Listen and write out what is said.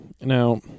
Now